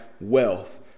wealth